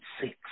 six